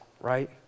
right